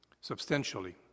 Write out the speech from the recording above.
substantially